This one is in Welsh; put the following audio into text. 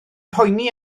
poeni